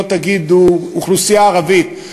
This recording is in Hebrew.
לא תגידו: אוכלוסייה ערבית.